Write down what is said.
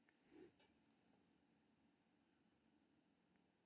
भारतीय नदी मे मीठा पानिक अनेक लोकप्रिय माछ भेटैत छैक